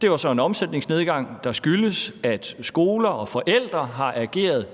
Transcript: Det var så en omsætningsnedgang, der skyldes, at skoler og forældre har ageret